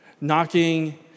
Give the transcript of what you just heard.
Knocking